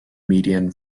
median